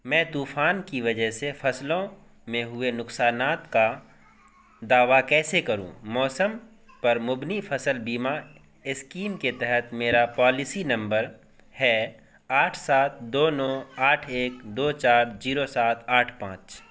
میں طوفان کی وجہ سے فصلوں میں ہوئے نقصانات کا دعویٰ کیسے کروں موسم پر مبنی فصل بیمہ اسکیم کے تحت میرا پالسی نمبر ہے آٹھ سات دو نو آٹھ ایک دو چار زیرو سات آٹھ پانچ